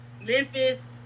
Memphis